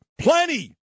Plenty